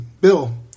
Bill